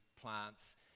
plants